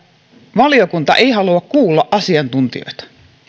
valiokunta ei halua kuulla asiantuntijoita että